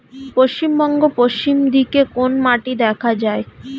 পশ্চিমবঙ্গ পশ্চিম দিকে কোন মাটি দেখা যায়?